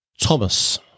Thomas